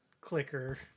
clicker